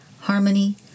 harmony